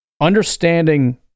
understanding